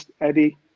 Eddie